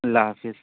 اللہ حافظ